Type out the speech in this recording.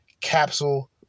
Capsule